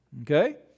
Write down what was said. okay